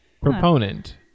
proponent